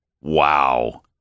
Wow